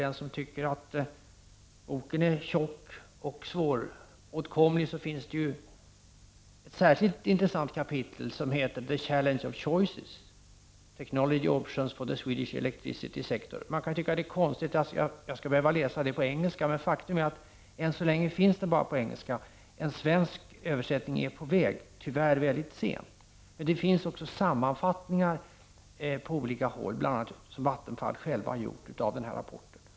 Den som tycker att boken är tjock och svåråtkomlig kan jag rekommendera att läsa ett särskilt intressant kapitel som The Challenge of Choices: Technology Options for the Swedish Electricity Sector. Man kan tycka att det är konstigt att behöva läsa rapporten på engelska, men faktum är att den än så länge bara finns på engelska. En svensk översättning är på väg, tyvärr väldigt sent. Men det finns en sammanfattning som bl.a. Vattenfall har gjort av rapporten.